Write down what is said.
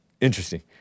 interesting